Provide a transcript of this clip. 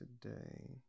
today